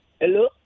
hello